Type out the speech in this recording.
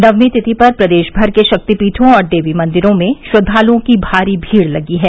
नवमी तिथि पर प्रदेश भर के शक्तिपीठों और देवी मंदिरों में श्रद्वालुओं की भारी भीड़ लगी है